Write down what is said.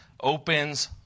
opens